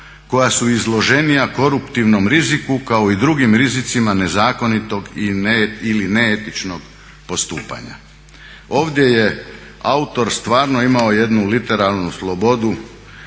koja su izloženija koruptivnom riziku kao i drugim rizicima nezakonitog ili neetičnog postupanja. Ovdje je autor stvarno imao jednu literalnu slobodu